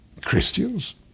Christians